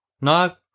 No